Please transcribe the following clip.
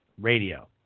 Radio